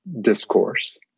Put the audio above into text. discourse